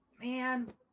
Man